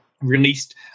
released